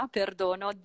perdono